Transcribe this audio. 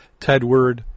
Tedward